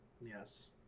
Yes